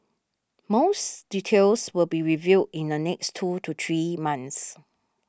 most details will be revealed in the next two to three months